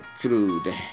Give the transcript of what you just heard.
crude